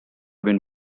been